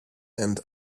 and